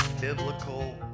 Biblical